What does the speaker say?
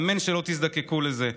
אמן שלא תזדקקו לזה,